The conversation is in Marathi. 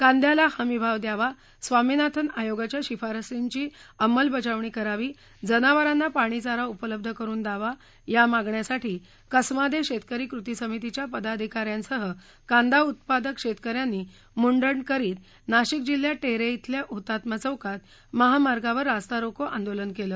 कांद्याला हमी भाव द्यावा स्वामिनाथन आयोगाच्या शिफारशींची अंमलबजावणी करावी जनावरांना पाणी चारा उपलब्ध करुन द्यावा या मागण्यांसाठी कसमादे शेतकरी कृती समितीच्या पदाधिकाऱ्यांसह कांदा उत्पादक शेतकऱ्यांनी मुंडण करीत नाशिक जिल्ह्यात टेहरे इथल्या हुतात्मा चौकात महामार्गावर रस्तारोको आंदोलन केलं